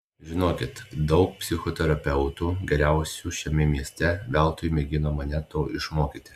žinokit daug psichoterapeutų geriausių šiame mieste veltui mėgino mane to išmokyti